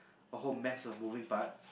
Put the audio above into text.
a whole mess of moving parts